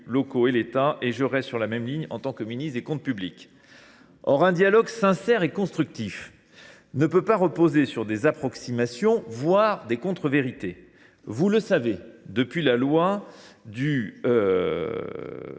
locaux et l’État. Je reste sur la même ligne en tant que ministre chargé des comptes publics. Or un dialogue sincère et constructif ne peut pas reposer sur des approximations, voire des contre-vérités. Vous le savez, depuis la loi de